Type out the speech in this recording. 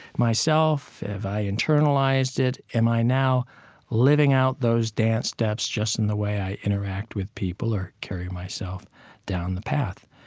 myself, have i internalized it? am i now living out those dance steps just in the way i interact with people or carry myself down the path?